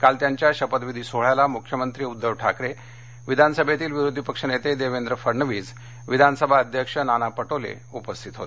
काल त्यांच्या शपथविधी सोहळ्यास मुख्यमंत्री उद्दव ठाकरे विधानसभेतील विरोधी पक्ष नेते देवेंद्र फडणवीस विधानसभा अध्यक्ष नाना पटोले उपस्थित होते